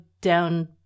down